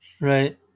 Right